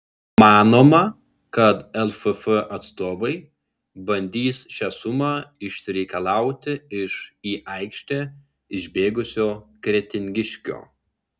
manoma kad lff atstovai bandys šią sumą išsireikalauti iš į aikštę išbėgusio kretingiškio